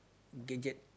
gadget